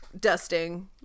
dusting